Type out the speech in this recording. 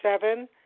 Seven